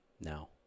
Now